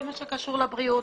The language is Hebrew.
כל מה שקשור לבריאות,